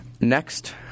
Next